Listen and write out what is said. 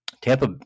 Tampa